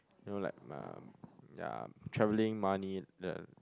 you know like um ya travelling money the